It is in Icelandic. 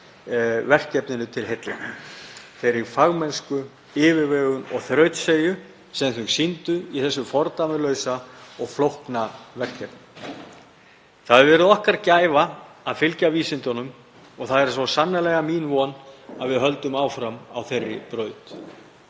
verkefninu til heilla, þeirri fagmennsku, yfirvegun og þrautseigju sem þau sýndu í þessu fordæmalausa og flókna verkefni. Það hefur verið okkar gæfa að fylgja vísindunum. Það yrði svo sannarlega mín von að við höldum áfram á þeirri braut.